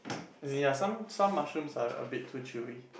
as in ya some some mushrooms are a bit too chewy